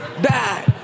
die